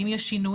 האם יש שינויים,